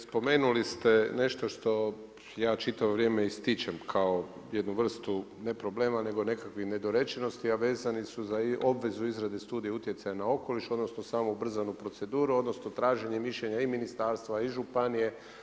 Spomenuli ste nešto što ja čitavo vrijeme ističem kao jednu vrstu ne problema nego nekakvih nedorečenosti, a vezani su za obvezu izrade studije utjecaja na okoliš odnosno samo ubrzanu proceduru odnosno traženje mišljenja i ministarstva i županije.